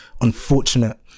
unfortunate